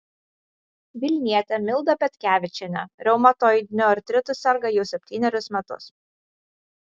vilnietė milda petkevičienė reumatoidiniu artritu serga jau septynerius metus